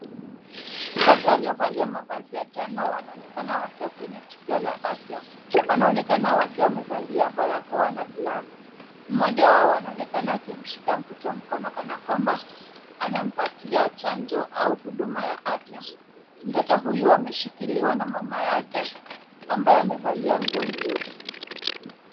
Watu waliovalia mavazi ya njano wanaonekana wakiwa kwenye tukio la afya, wanaonekana wakiwa wamevalia barakoa na glavu. Mmoja wao anaonekana akimshika mtoto mkono kana kwamba anampatia chanjo au huduma ya afya. Mtoto huyu ameshikiliwa na mama yake ambaye amevalia nguo nyeusi.